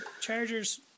Chargers